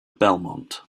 belmont